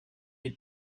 est